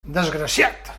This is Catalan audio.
desgraciat